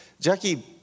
Jackie